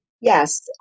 Yes